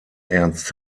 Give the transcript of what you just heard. ernst